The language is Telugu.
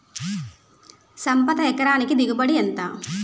సంపద ఎకరానికి దిగుబడి ఎంత?